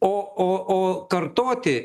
o o o kartoti